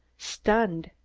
stunned,